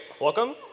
Welcome